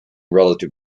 relative